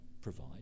provide